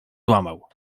złamał